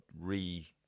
re